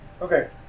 Okay